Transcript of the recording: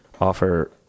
offer